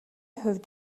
хувьд